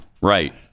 right